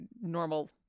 normal